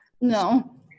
No